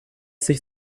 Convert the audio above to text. sich